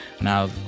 Now